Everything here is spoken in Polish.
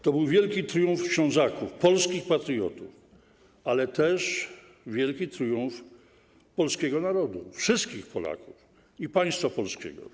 To był wielki triumf Ślązaków, polskich patriotów, ale też wielki triumf polskiego narodu, wszystkich Polaków i państwa polskiego.